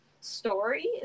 story